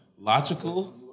Logical